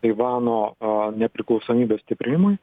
taivano nepriklausomybės stiprinimui